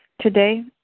Today